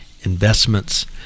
investments